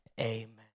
amen